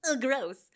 gross